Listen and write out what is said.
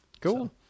Cool